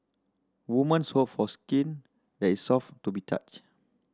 women hope for skin that is soft to be touch